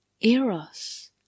Eros